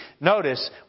notice